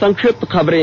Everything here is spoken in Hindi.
संक्षिप्त खबरें